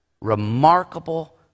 Remarkable